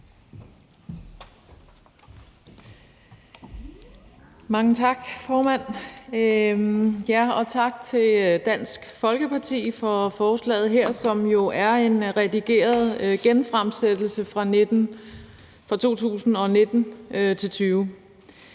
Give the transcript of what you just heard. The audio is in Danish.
Mange tak, formand. Og tak til Dansk Folkeparti for forslaget her, som jo er en redigeret genfremsættelse fra samlingen 2019-20.